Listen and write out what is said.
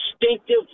instinctive